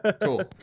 Cool